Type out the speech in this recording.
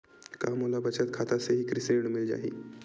का मोला बचत खाता से ही कृषि ऋण मिल जाहि?